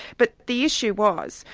but the issue was,